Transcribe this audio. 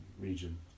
region